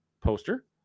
poster